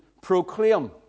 proclaim